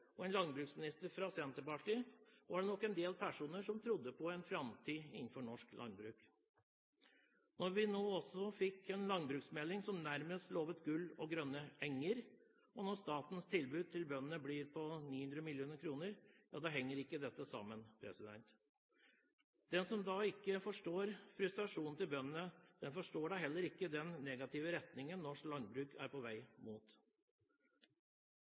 med en landbruksminister fra Senterpartiet var det nok en del personer som trodde på en framtid innenfor norsk landbruk. Når vi nå også fikk en landbruksmelding som nærmest lovet gull og grønne enger, og når statens tilbud til bøndene blir på 900 mill. kr, henger ikke dette sammen. Den som da ikke forstår frustrasjonen til bøndene, forstår da heller ikke den negative retningen norsk landbruk er på vei mot.